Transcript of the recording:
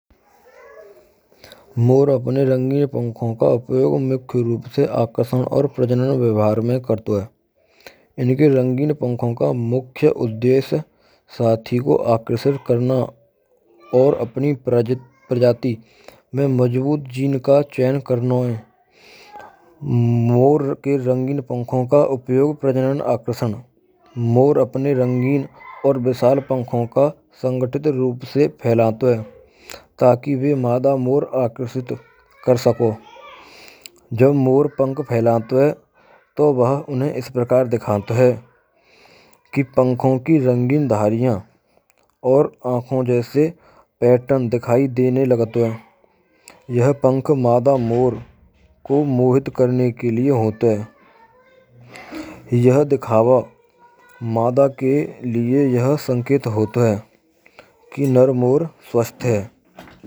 Mor apane rangeen pankhon ka upayog mukhy roop se aakarshan aur prajanan vyavhar mai karto hain. Inakee rangeen pankhon ka mukhy uddesh saathi ko aakarshit karana aur apane prajaati mein majaboot cheen ka chayan karano hai. Mor ke rangeen pankho ka upyog prajanan va akarshan: Mor apne rangeen aur visaal pankho ka sanghathit rup se phelato hai. Taki mada mor akarshit kr sko. Jab mor pankh phelato hay. To vah unhen is prakar dikhato hai. Ki pankhon kee rangeen dhaariyaan aur aankhon jaisa paitarn dikhane lgto hay. yhah pankh mada mor ko mohit karane ke lie hote hain. Yah dikhaava maada ke lie yah sanket hoat hay. Ki nar mor svasth hai.